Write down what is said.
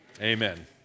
Amen